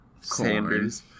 sanders